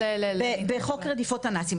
בחוק רדיפות הנאצים.